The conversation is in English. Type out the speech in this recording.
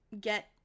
get